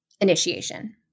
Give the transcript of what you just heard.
initiation